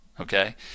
Okay